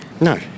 No